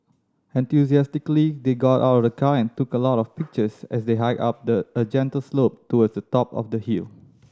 enthusiastically they got out of the car and took a lot of pictures as they hiked up the a gentle slope towards the top of the hill